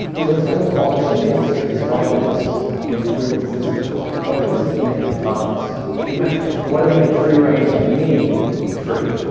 so instead of abolishing the industries, why don't we just improve the systems? why don't we just make the farms humane? why don't we make free-range mean free?